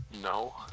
No